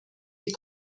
die